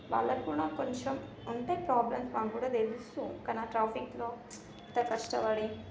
వాళ్ళకు కూడా కొంచెం ఉంటాయి ప్రాబ్లమ్స్ మాకు కూడా తెలుసు కానీ ఆ ట్రాఫిక్లో అంత కష్టపడి